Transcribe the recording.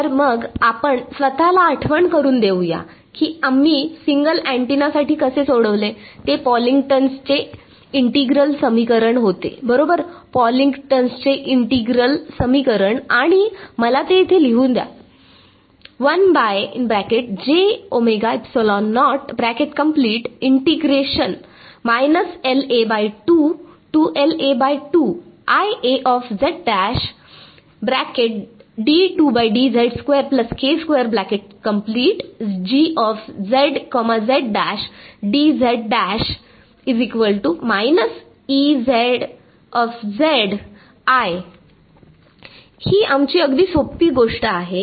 तर मग आपण स्वतःला आठवण करून देऊया की आम्ही सिंगल अँटेनासाठी कसे सोडविले ते पॉकलिंग्टनचे इंटिग्रल समीकरणPocklington's integral equation होते बरोबर पॉकलिंग्टनचे इंटिग्रल समीकरण आणि मला ते इथे लिहून द्या ही आमची अगदी सोपी गोष्ट आहे